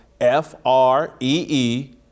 F-R-E-E